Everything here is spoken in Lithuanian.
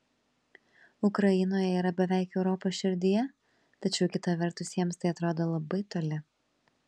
ukrainoje yra beveik europos širdyje tačiau kita vertus jiems tai atrodo labai toli